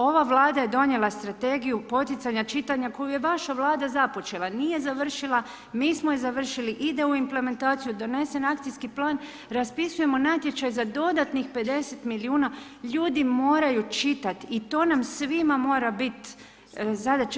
Ova Vlada je donijela strategiju poticanja čitanja koju je vaša Vlada započela, nije završila, nismo je završili, ide u implementaciju, donesen je akcijski plan, raspisujemo natječaj za dodatnih 50 milijuna kuna, ljudi moraju čitat i to nam svima mora biti zadaća.